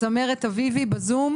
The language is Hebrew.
צמרת אביבי,